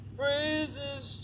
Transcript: praises